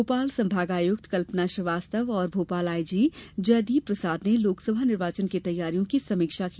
भोपाल संभागायुक्त कल्पना श्रीवास्तव और भोपाल आईजी जयदीप प्रसाद ने लोकसभा निर्वाचन की तैयारियों की समीक्षा की